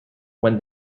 when